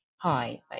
Hi